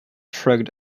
shrugged